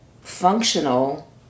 functional